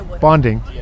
bonding